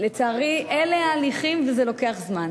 לצערי, אלה ההליכים וזה לוקח זמן.